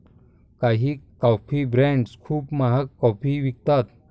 काही coffee brands खूप महाग कॉफी विकतात